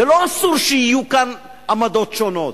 זה לא אסור שיהיו כאן עמדות שונות.